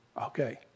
Okay